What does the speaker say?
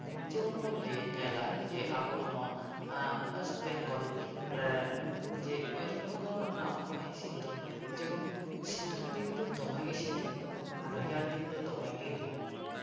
ᱡᱮᱢᱚᱱ ᱵᱚᱱ ᱧᱮᱞᱟ ᱡᱮ ᱟᱵᱚ ᱱᱚᱣᱟ ᱳᱭᱮᱥᱴ ᱵᱮᱝᱜᱚᱞ ᱨᱮ ᱡᱮ ᱳᱭᱮᱥᱴ ᱵᱮᱝᱜᱚᱞ ᱨᱮᱱᱟᱜ ᱦᱚᱭ ᱦᱤᱥᱤᱫ ᱫᱚ ᱡᱮᱢᱚᱱ ᱥᱤᱛᱩᱝ ᱫᱤᱱ ᱫᱚ ᱫᱚᱢᱮᱜᱮ ᱥᱤᱛᱩᱝᱟ ᱨᱮᱭᱟᱲ ᱫᱤᱱ ᱫᱚ ᱫᱚᱢᱮᱜᱮ ᱨᱮᱭᱟᱲᱟ